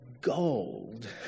gold